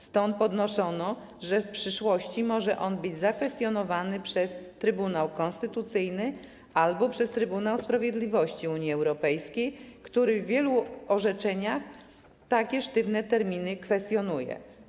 Stąd podnoszono, że w przyszłości może on być zakwestionowany przez Trybunał Konstytucyjny albo przez Trybunał Sprawiedliwości Unii Europejskiej, który w wielu orzeczeniach takie sztywne terminy kwestionuje.